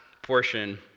portion